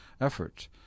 effort